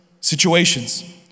situations